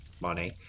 money